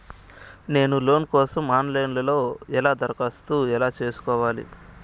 నేను లోను కోసం online లో ఎలా దరఖాస్తు ఎలా సేసుకోవాలి?